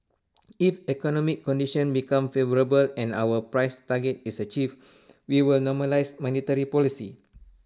if economic conditions become favourable and our price target is achieved we will normalise monetary policy